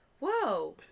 Whoa